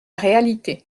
réalité